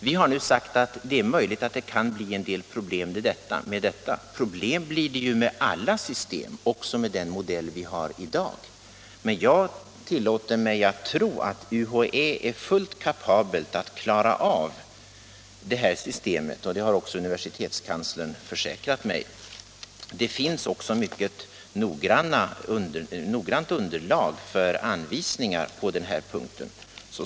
Vi har sagt att det kan bli en del problem med detta — problem blir det ju med alla system, även med den modell vi har i dag. Men jag tillåter mig att utgå från att UHÄ är fullt kapabelt att klara av det här systemet, och det har också unvisersitetskanslern försäkrat mig. Det finns också ett mycket noggrant underlag för anvisningar på den här punkten.